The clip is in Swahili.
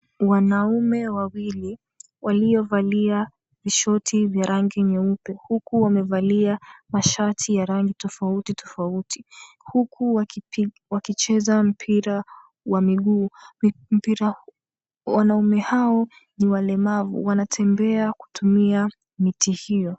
Wanaume wawili, waliyevalia vishuti vya rangi nyeupe huku wamevalia mashati ya rangi tofauti tofauti, huku wakicheza mpira wa miguu. Wanaume hao ni walemavu, wanatembea kutumia miti hiyo.